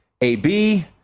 AB